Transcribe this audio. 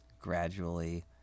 gradually